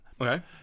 Okay